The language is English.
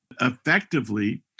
effectively